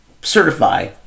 certify